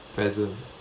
presents ah